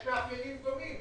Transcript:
יש מאפיינים דומים.